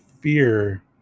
fear